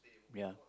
ya